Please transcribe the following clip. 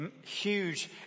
huge